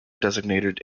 designated